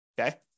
Okay